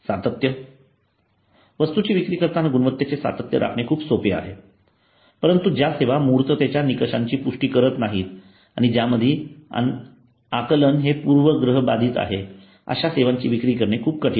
सातत्य वस्तूची विक्री करताना गुणवत्तेचे सातत्य राखणे खूप सोपे आहे परंतु ज्या सेवा मूर्ततेच्या निकषांची पुष्टी करत नाहीत आणि ज्यामधील आकलन हे पूर्वाग्रह बाधित आहे अशा सेवांची विक्री करणे खूप कठीण आहे